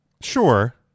sure